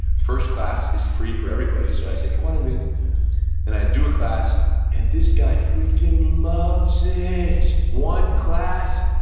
first class is free for everybody, so i said, come on in, vince and i do a class and this guy freaking loves it. one class,